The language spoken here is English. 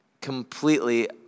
completely